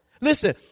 Listen